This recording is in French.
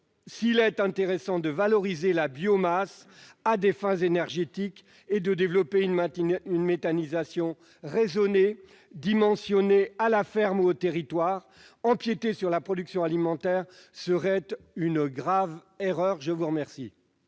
S'il est intéressant de valoriser la biomasse à des fins énergétiques et de développer une méthanisation raisonnée, dimensionnée à la ferme et au territoire, la laisser empiéter sur la production alimentaire serait une grave erreur. L'amendement